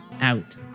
out